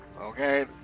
okay